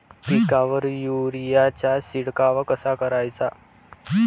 पिकावर युरीया चा शिडकाव कसा कराचा?